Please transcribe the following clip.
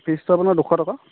ফিজটো আপোনাৰ দুশ টকা